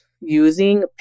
using